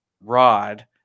rod